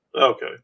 Okay